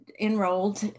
enrolled